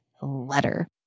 letter